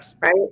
right